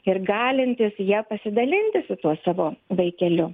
ir galintis ja pasidalinti su savo vaikeliu